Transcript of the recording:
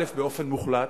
באופן מוחלט,